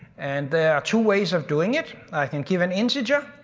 and there are two ways of doing it. i can give an integer,